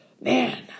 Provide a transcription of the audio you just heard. man